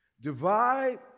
divide